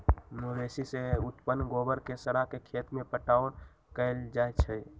मवेशी से उत्पन्न गोबर के सड़ा के खेत में पटाओन कएल जाइ छइ